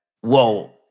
whoa